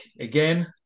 again